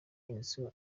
inzu